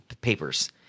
papers